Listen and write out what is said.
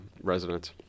residents